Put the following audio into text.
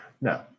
No